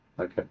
okay